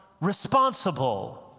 responsible